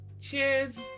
Cheers